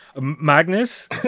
Magnus